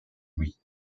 louis